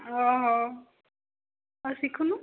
ଓ ହୋ ଆଉ ଶିଖୁନୁ